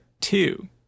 two